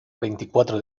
veinticuatro